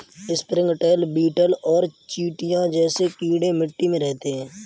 springtail, beetle और चींटियां जैसे कीड़े मिट्टी में रहते हैं